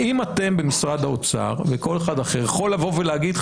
האם אתם במשרד האוצר וכל אחד אחר יכול לבוא ולהגיד,